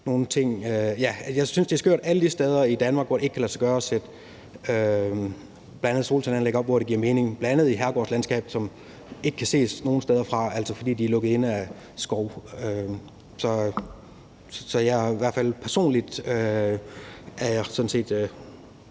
jeg synes, det er skørt med alle de steder i Danmark, hvor det ikke kan lade sig gøre at sætte bl.a. solcelleanlæg op, hvor det giver mening, bl.a. i herregårdslandskaber, hvor det ikke kan ses nogen steder fra, fordi de er lukket inde af skov. Så jeg er i hvert fald personligt enig i det.